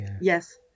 yes